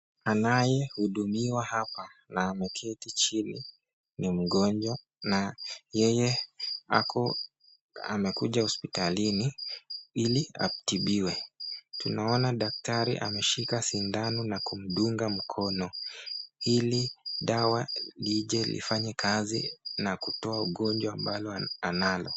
Anaye hudumiwa hapa na ameketi chini ni mgonjwa, na yeye ako amekuja hospitalini ili atibiwe , tunaona daktari ameshika sidano na kumdunga mkono ili dawa ije lifanye kazi na kutoa ugonjwa ambalo analo.